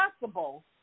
possible